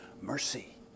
mercy